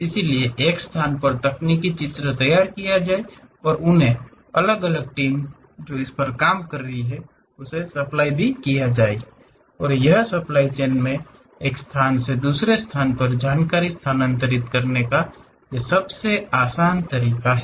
इसलिए एक स्थान पर तकनीकी चित्र तैयार किए जाएंगे और उन्हे अलग अलग टीमें जो इस पर कम कर रही है उसे सप्लाइ की जाएगी और यह सप्लाइ चेएन में एक स्थान से दूसरे स्थान पर जानकारी स्थानांतरित करने का सबसे आसान तरीका है